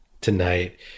tonight